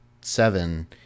seven